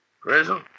Prison